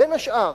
בין השאר,